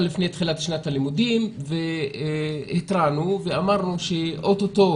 תחילת שנת הלימודים התרענו ואמרנו שאוטוטו